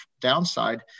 downside